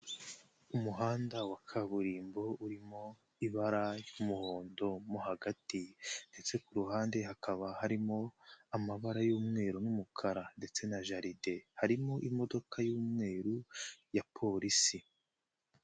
Umuhanda wa kaburimbo urimo ibara ry'umuhondo mo hagati. Ndetse ku ruhande hakaba harimo amabara y'umweru n'umukara ndetse na jaride. Harimo imodoka y'umweru ya polisi.